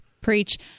preach